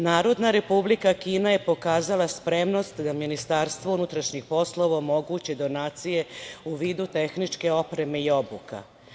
Narodna Republika Kina je pokazala spremnost da Ministarstvu unutrašnjih poslova omogući donacije u vidu tehničke opreme i obuka.